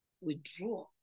withdraw